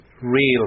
real